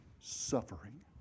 Suffering